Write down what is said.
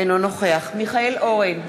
אינו נוכח מיכאל אורן,